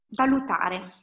valutare